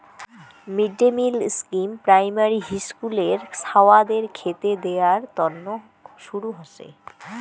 mid day meal scheme primary হিস্কুলের ছাওয়াদের খেতে দেয়ার তন্ন শুরু হসে